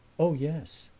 oh, yes.